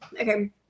Okay